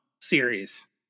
series